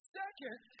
second